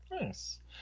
Nice